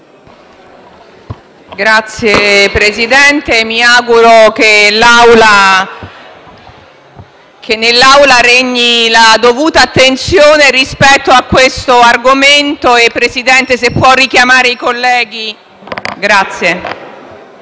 Signor Presidente, mi auguro che in Aula regni la dovuta attenzione rispetto a questo argomento. Le chiedo di richiamare i colleghi, grazie.